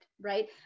right